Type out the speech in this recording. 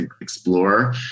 explore